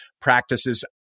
practices